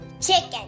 Chicken